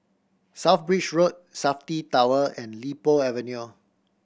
South Bridge Road Safti Tower and Li Po Avenue